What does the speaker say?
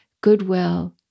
goodwill